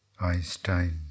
Einstein